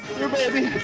here, baby.